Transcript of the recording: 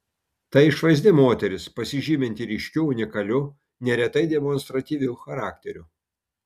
tai išvaizdi moteris pasižyminti ryškiu unikaliu neretai demonstratyviu charakteriu